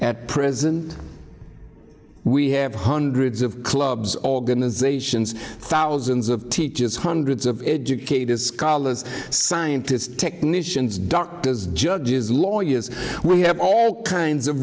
at present we have hundreds of clubs organizations thousands of teachers hundreds of educators scholars scientists technicians doctors judges lawyers we have all kinds of